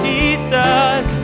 Jesus